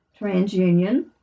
TransUnion